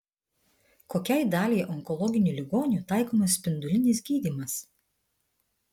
kokiai daliai onkologinių ligonių taikomas spindulinis gydymas